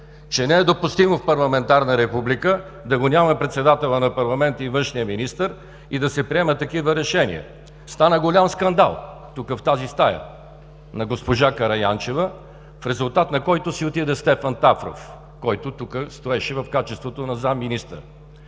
че не е допустимо в парламентарна република да ги няма председателя на парламента и външния министър и да се приемат такива решения. Стана голям скандал тук, в тази стая, на госпожа Караянчева, в резултат на който си отиде Стефан Тафров, който тук стоеше в качеството на заместник-министър.